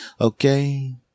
okay